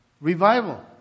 revival